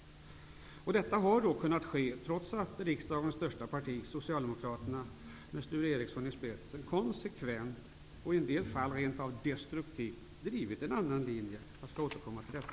Detta har kunnat ske trots att riksdagens största parti, Socialdemokraterna, med Sture Ericson i spetsen konsekvent och i en del fall rent av destruktivt drivit en annan linje. Jag skall återkomma till detta.